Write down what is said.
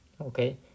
Okay